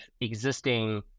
existing